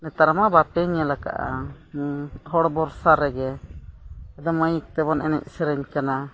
ᱱᱮᱛᱟᱨ ᱢᱟ ᱵᱟᱯᱮ ᱧᱮᱞ ᱟᱠᱟᱫᱼᱟ ᱦᱮᱸ ᱦᱚᱲ ᱵᱷᱚᱨᱥᱟ ᱨᱮᱜᱮ ᱟᱫᱚ ᱢᱟᱹᱭᱤᱠ ᱛᱮᱵᱚᱱ ᱮᱱᱮᱡ ᱥᱮᱨᱮᱧ ᱠᱟᱱᱟ